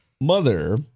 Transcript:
mother